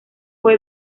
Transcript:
fue